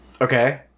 Okay